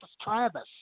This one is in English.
Travis